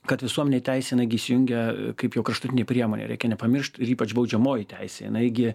kad visuomenė įteisina gi įsijungia kaip jau kraštutinė priemonė reikia nepamiršt ir ypač baudžiamoji teisė jinai gi